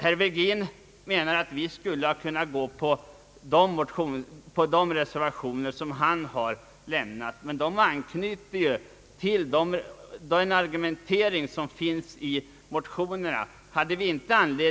Herr Virgin menar att vi skulle ha kunnat gå med på de reservationer som han har avlämnat, men de anknyter ju till den argumentering som finns i motionerna från hans parti.